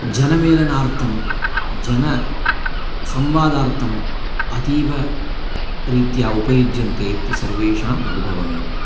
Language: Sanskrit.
जनमेलनार्थं जनसंवादार्थम् अतीवरीत्या उपयुज्यन्ते इति सर्वेषाम् अनुभवमेव